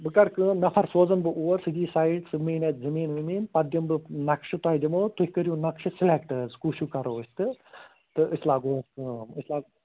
بہٕ کَرٕ کٲم نفر سوزن بہٕ اور سُہ دِیہِ سایِٹ سُہ میٚنہِ اتھ زٔمیٖن ؤمیٖن پتہٕ دِمہٕ بہٕ نقشہٕ تۅہہِ دِمہو تُہۍ کٔرِو نقشہٕ سِلٮ۪کٹہٕ حظ کُس ہیٛوٗ کَرو أسۍ تہٕ تہٕ أسۍ لاگو اَتھ کٲم أسۍ لاگ